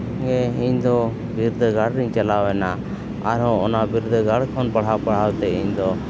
ᱜᱮ ᱤᱧ ᱫᱚ ᱵᱤᱨᱫᱟᱹ ᱜᱟᱲ ᱨᱮᱧ ᱪᱟᱞᱟᱣᱮᱱᱟ ᱟᱨ ᱦᱚᱸ ᱚᱱᱟ ᱵᱤᱨᱫᱟᱹ ᱜᱟᱲ ᱠᱷᱚᱱ ᱯᱟᱲᱦᱟᱣ ᱯᱟᱲᱦᱟᱣᱛᱮ ᱤᱧ ᱫᱚ